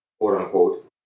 quote-unquote